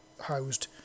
housed